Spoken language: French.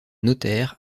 notaire